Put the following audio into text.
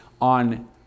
on